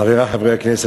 חברי חברי הכנסת,